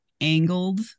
angled